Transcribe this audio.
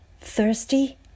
Thirsty